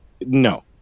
No